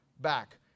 back